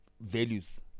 values